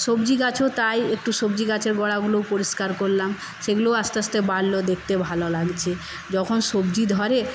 সবজি গাছও তাই একটু সবজি গাছের গোড়াগুলো পরিষ্কার করলাম সেইগুলোও আস্তে আস্তে বাড়লো দেখতে ভালো লাগছে যখন সবজি ধরে